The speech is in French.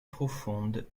profonde